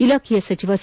ಇಲಾಖೆಯ ಸಚಿವ ಸಿ